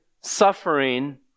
suffering